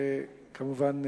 שכמובן,